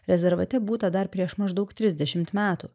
rezervate būta dar prieš maždaug trisdešimt metų